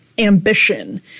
ambition